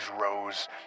rose